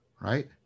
Right